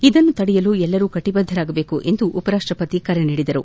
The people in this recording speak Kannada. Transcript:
ಇದನ್ನು ತಡೆಯಲು ಎಲ್ಲರೂ ಕಟಬದ್ದರಾಗಬೇಕು ಎಂದು ಉಪರಾಷ್ಟಪತಿ ಕರೆ ನೀಡಿದರು